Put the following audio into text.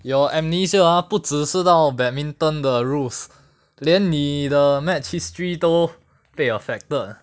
your amnesia ah 不只是到 badminton 的 rules 连你的 match history 都被 affected